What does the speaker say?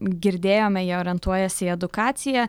girdėjome jie orientuojasi į edukaciją